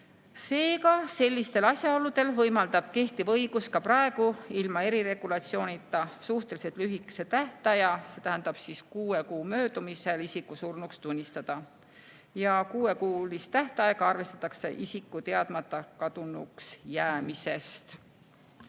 Seega sellistel asjaoludel võimaldab kehtiv õigus ka praegu ilma eriregulatsioonita suhteliselt lühikese tähtaja, see tähendab kuue kuu möödumisel isiku surnuks tunnistada ja kuuekuulist tähtaega arvestatakse isiku teadmata kadunuks jäämisest.